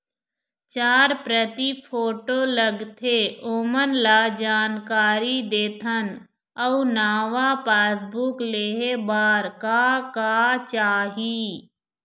चार प्रति फोटो लगथे ओमन ला जानकारी देथन अऊ नावा पासबुक लेहे बार का का चाही?